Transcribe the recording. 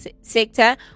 sector